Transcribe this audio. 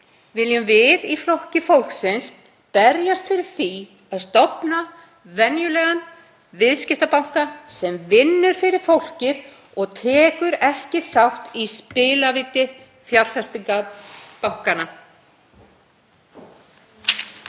viljum við í Flokki fólksins berjast fyrir því að stofna venjulegan viðskiptabanka sem vinnur fyrir fólkið og tekur ekki þátt í spilavíti fjárfestingarbankanna.